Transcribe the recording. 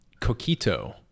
coquito